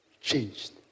changed